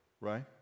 right